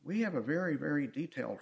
we have a very very detailed